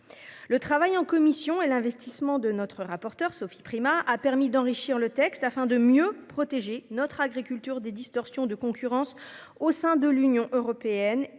le travail en commission et l'investissement de notre rapporteur Sophie Primas a permis d'enrichir le texte afin de mieux protéger notre agriculture des distorsions de concurrence au sein de l'Union européenne